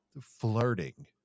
flirting